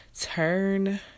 turn